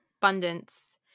abundance